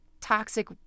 toxic